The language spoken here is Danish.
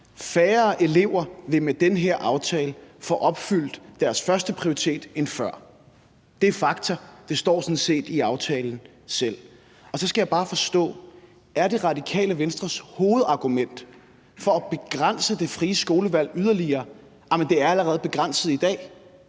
Færre elever end før vil med den her aftale få opfyldt deres førsteprioritet. Det er fakta, og det står sådan set i aftalen. Så skal jeg bare forstå, om det er Radikale Venstres hovedargument for at begrænse det frie skolevalg yderligere, at det allerede er begrænset i dag.